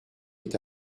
est